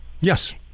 Yes